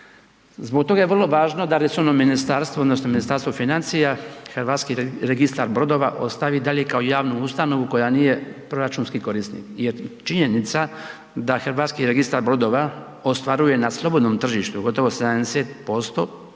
Zbog toga je vrlo važno da resorno ministarstvo odnosno Ministarstvo financija, HRB ostavi i dalje kako javnu ustanovu koja nije proračunski korisnik jer činjenica da HRB ostvaruje na slobodnom tržištu gotovo 70%